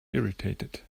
irritated